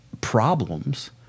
problems